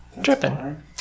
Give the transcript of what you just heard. dripping